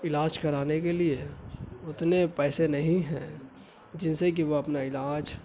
علاج کرانے کے لیے اتنے پیسے نہیں ہیں جن سے کہ وہ اپنا علاج